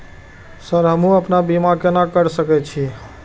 Sir हमू अपना बीमा केना कर सके छी?